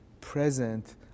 present